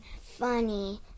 funny